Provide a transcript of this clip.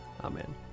Amen